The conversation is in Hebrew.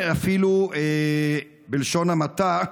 אפילו בלשון המעטה,